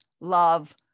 love